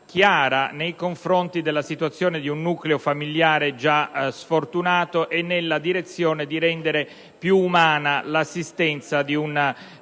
chiara nei confronti di nuclei familiari già sfortunati e nella direzione di rendere più umana l'assistenza di un